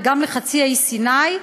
וגם לחצי האי סיני,